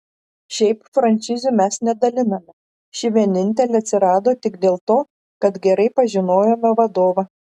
šiaip frančizių mes nedaliname ši vienintelė atsirado tik dėl to kad gerai pažinojome vadovą